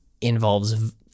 involves